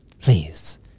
Please